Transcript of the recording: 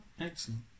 Excellent